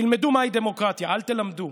תִלמדו מהי דמוקרטיה, אל תְלמדו.